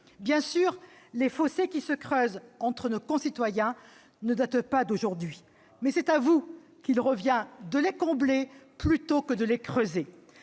Bien sûr, les fossés qui se creusent entre nos concitoyens ne datent pas d'aujourd'hui, mais c'est à vous qu'il revient de les combler plutôt que de les creuser.